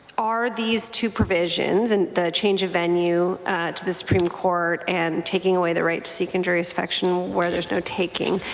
are these two provisions. and the change of venue to the supreme court and taking away the right to seek injurious affection where there's no taking,